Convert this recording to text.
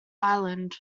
island